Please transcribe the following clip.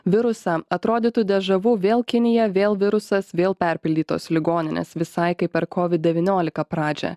virusą atrodytų dežavu vėl kinija vėl virusas vėl perpildytos ligoninės visai kaip per kovid devyniolika pradžią